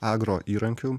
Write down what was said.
agro įrankių